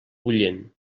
bullent